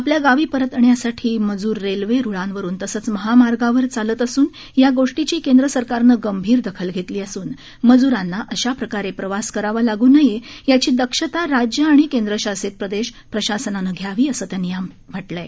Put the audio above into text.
आपल्या गावी परतण्यासाठी मजूर रेल्वे रुळांवरून तसंच महामार्गावर चालत असून या गोष्टीची केंद्रसरकारनं गंभीर दखल घेतली असून मजुरांना अशा प्रकारे प्रवास करावा लागू नये याची दक्षता राज्य आणि केंद्रशासित प्रदेश प्रशासनानं घ्यावी असं त्यांनी यात म्हटलं आहे